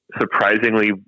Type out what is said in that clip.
surprisingly